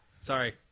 Sorry